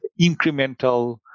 incremental